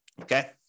okay